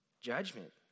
judgment